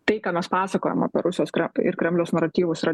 tai ką mes pasakojam apie rusijos kre ir kremliaus naratyvus yra